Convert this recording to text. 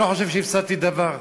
אני לא חושב שהפסדתי דבר.